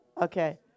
Okay